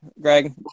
Greg